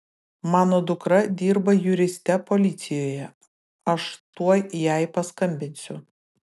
mano dukra dirba juriste policijoje aš tuoj jai paskambinsiu